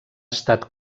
estat